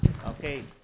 Okay